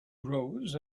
rose